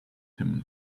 him